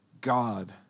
God